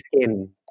skin